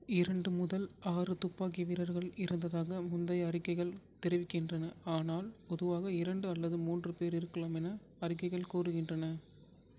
இரண்டு முதல் ஆறு துப்பாக்கி வீரர்கள் இருந்ததாக முந்தைய அறிக்கைகள் தெரிவிக்கின்றன ஆனால் பொதுவாக இரண்டு அல்லது மூன்று பேர் இருக்கலாம் என அறிக்கைகள் கூறுகின்றன